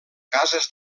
cases